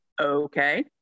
Okay